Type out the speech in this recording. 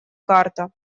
карта